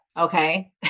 okay